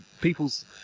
people's